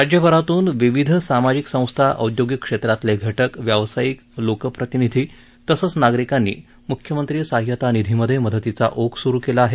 राज्यभरातून विविध समाजिक संस्था औद्योगिक क्षेत्रातले घटक व्यावसायिक लोकप्रतिनिधी तसंच नागरिकांनी मुख्यमंत्री सहाय्यता निधीमधे मदतीचा ओघ सुरु केला आहे